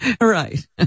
right